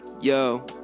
Yo